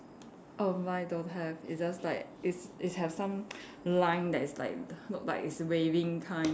err my don't have it just like it's it has some line that is like look like it's waving kind